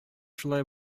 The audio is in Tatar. шулай